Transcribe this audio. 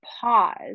pause